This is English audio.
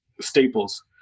Staples